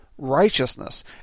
righteousness